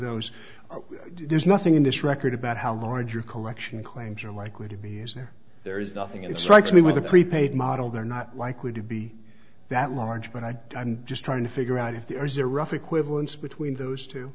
those there's nothing in this record about how large your collection claims are likely to be is that there is nothing in it strikes me with a prepaid model they're not likely to be that large but i just trying to figure out if there is a rough equivalence between those two